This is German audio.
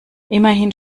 immerhin